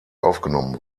aufgenommen